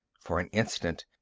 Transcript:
for an instant,